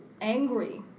angry